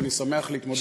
שאני שמח להתמודד אתן.